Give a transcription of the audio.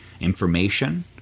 information